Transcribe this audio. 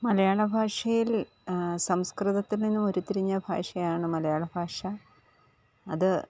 മലയാള ഭാഷയില് സംസ്കൃതത്തില് നിന്നും ഉരുത്തിരിഞ്ഞ ഭാഷയാണ് മലയാള ഭാഷ അത്